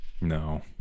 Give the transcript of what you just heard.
No